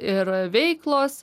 ir veiklos